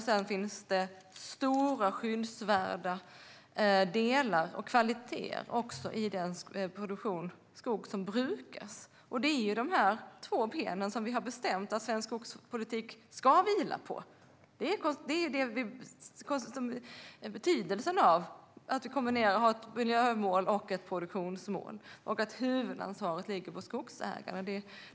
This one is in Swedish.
Sedan finns det stora skyddsvärda delar och kvaliteter också i den skog som brukas. Det är dessa två ben vi har bestämt att svensk skogspolitik ska vila på. Det är betydelsen av att vi har ett miljömål och ett produktionsmål och att huvudansvaret ligger på skogsägaren.